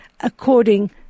according